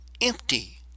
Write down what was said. empty